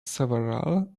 several